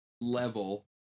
level